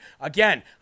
Again